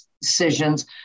decisions